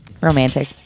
Romantic